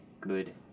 good